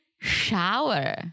shower